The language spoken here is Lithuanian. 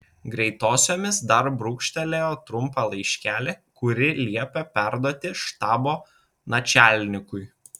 greitosiomis dar brūkštelėjo trumpą laiškelį kurį liepė perduoti štabo načialnikui